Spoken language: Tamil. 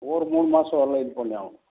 ஒரு மூணு மாசம் வரல இது பண்ணியாகணும்